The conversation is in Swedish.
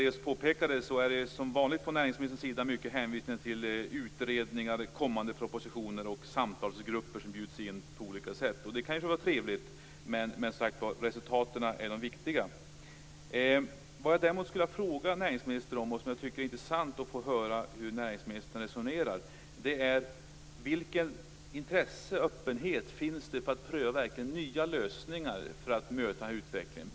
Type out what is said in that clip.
Daléus påpekade att det som vanligt från näringsministerns sida är många hänvisningar till utredningar, kommande propositioner och samtalsgrupper. Det kan vara trevligt. Men det är resultaten som är viktiga. Det skulle vara intressant att få höra hur näringsministern resonerar om vilket intresse det finns för att pröva nya lösningar för att möta utvecklingen.